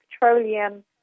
petroleum